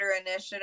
initiative